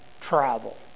travel